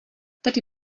tady